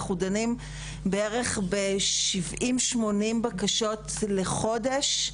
אנחנו דנים בערך ב-80 70 בקשות לחודש.